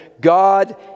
God